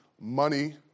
money